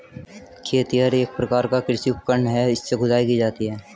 खेतिहर एक प्रकार का कृषि उपकरण है इससे खुदाई की जाती है